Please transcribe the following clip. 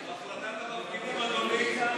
זו החלטת המפגינים, אדוני.